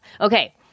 Okay